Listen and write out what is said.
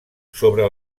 sobre